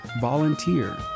volunteer